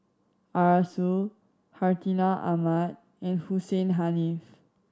Arasu Hartinah Ahmad and Hussein Haniff